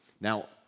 Now